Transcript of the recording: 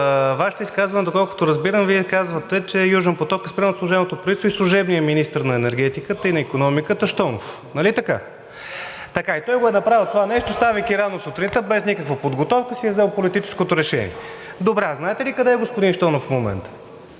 Вашето изказване, доколкото разбирам, Вие казвате, че Южен поток е спрян от служебното правителство и служебния министър на икономиката и енергетиката Щонов, нали така? И той го е направил това нещо, ставайки рано сутринта, без никаква подготовка си е взел политическото решение. Добре, а знаете ли къде е господин Щонов в момента?